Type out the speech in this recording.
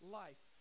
life